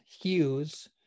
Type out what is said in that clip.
hughes